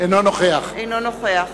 אינו נוכח